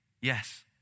Yes